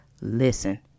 Listen